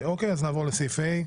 ה':